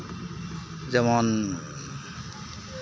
ᱡᱮᱢᱚᱱ